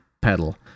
pedal